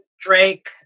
Drake